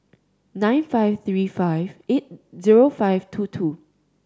nine five three five eight zero five two two